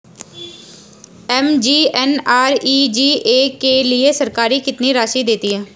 MGNREGA के लिए सरकार कितनी राशि देती है?